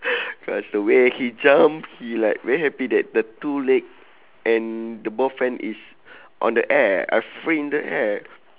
cause the way he jump he like very happy that the two leg and the both hand is on the air are free in the air